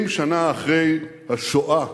70 שנה אחרי השואה.